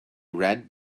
read